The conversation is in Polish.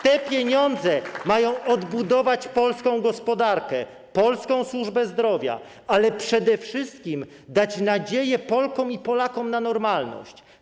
Te pieniądze mają odbudować polską gospodarkę, polską służbę zdrowia, ale przede wszystkim dać nadzieję Polkom i Polakom na normalność.